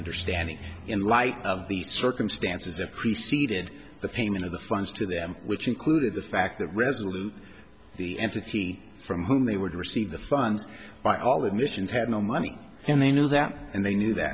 understanding in light of the circumstances that preceded the payment of the funds to them which included the fact that resolutely the entity from whom they would receive the funds by all admissions had no money and they know that and they knew that